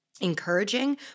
encouraging